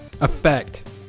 effect